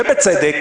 ובצדק,